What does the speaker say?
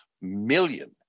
million